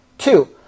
Two